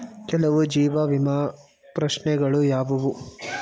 ಕೆಲವು ಜೀವ ವಿಮಾ ಪ್ರಶ್ನೆಗಳು ಯಾವುವು?